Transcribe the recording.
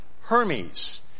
Hermes